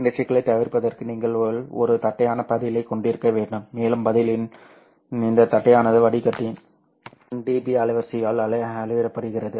இந்த சிக்கலைத் தவிர்ப்பதற்கு நீங்கள் ஒரு தட்டையான பதிலைக் கொண்டிருக்க வேண்டும் மேலும் பதிலின் இந்த தட்டையானது வடிகட்டியின் 1 dB அலைவரிசையால் அளவிடப்படுகிறது